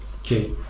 okay